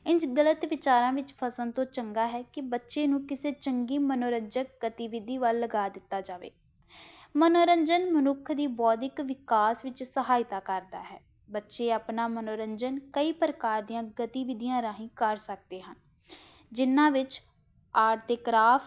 ਇੰਝ ਗਲਤ ਵਿਚਾਰਾਂ ਵਿੱਚ ਫਸਣ ਤੋਂ ਚੰਗਾ ਹੈ ਕਿ ਬੱਚੇ ਨੂੰ ਕਿਸੇ ਚੰਗੀ ਮੰਨੋਰੰਜਕ ਗਤੀਵਿਧੀ ਵੱਲ ਲਗਾ ਦਿੱਤਾ ਜਾਵੇ ਮੰਨੋਰੰਜਨ ਮਨੁੱਖ ਦੀ ਬੌਧਿਕ ਵਿਕਾਸ ਵਿੱਚ ਸਹਾਇਤਾ ਕਰਦਾ ਹੈ ਬੱਚੇ ਆਪਣਾ ਮੰਨੋਰੰਜਨ ਕਈ ਪ੍ਰਕਾਰ ਦੀਆਂ ਗਤੀਵਿਧੀਆਂ ਰਾਹੀਂ ਕਰ ਸਕਦੇ ਹਨ ਜਿਨ੍ਹਾਂ ਵਿੱਚ ਆਰਟ ਅਤੇ ਕਰਾਫਟ